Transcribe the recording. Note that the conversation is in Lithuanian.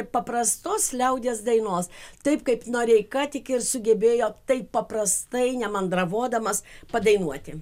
paprastos liaudies dainos taip kaip noreika tik ir sugebėjo taip paprastai nemandravodamas padainuoti